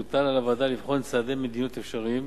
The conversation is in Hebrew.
הוטל על הוועדה לבחון צעדי מדיניות אפשריים,